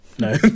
No